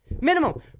Minimum